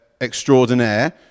extraordinaire